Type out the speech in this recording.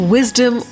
Wisdom